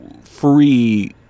free